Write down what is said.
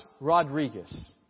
Rodriguez